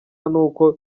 nuko